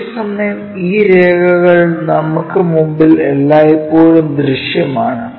അതേസമയം ഈ രേഖകൾ നമുക്ക് മുന്നിൽ എല്ലായ്പ്പോഴും ദൃശ്യമാണ്